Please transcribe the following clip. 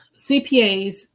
CPAs